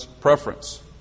preference